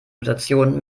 notation